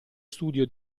studio